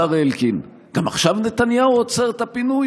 השר אלקין: גם עכשיו נתניהו עוצר את הפינוי?